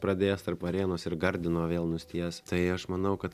pradės tarp varėnos ir gardino vėl nusties tai aš manau kad